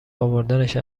اوردنش